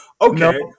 Okay